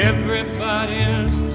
Everybody's